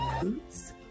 boots